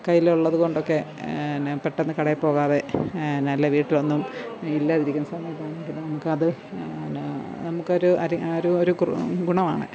കയ്യിലുള്ളത് കൊണ്ടൊക്കെ ന്നെ പെട്ടെന്ന് കടയില് പോകാതെ അല്ലേ വീട്ടിൽ ഒന്നും ഇല്ലാതിരിക്കുന്ന സമയത്താണെങ്കിലും ഒക്കെ നമുക്കത് പിന്നെ നമുക്കൊരു അര് ഒരു ഒരു കുറു ഗുണമാണ്